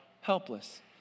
helpless